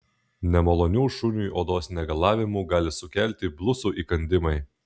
nemalonių šuniui odos negalavimų gali sukelti blusų įkandimai